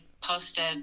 posted